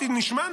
נשמע,